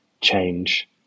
change